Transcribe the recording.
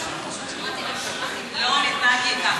לא מתנהגים ככה.